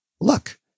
look